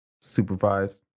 supervised